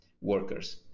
workers